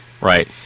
right